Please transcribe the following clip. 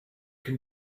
can